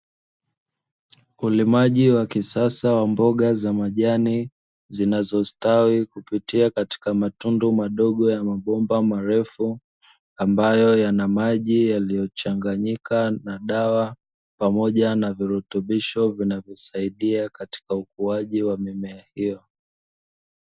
Ulimaji wa kisasa wa mboga za majani zinazostawi kupitia katika matundu madogo ya mabomba marefu ambayo yana maji yaliyochanganyika na dawa pamoja na virutubisho vinavyosaidia katika ukuaji wa hiyo.